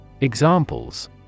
Examples